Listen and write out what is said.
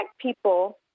people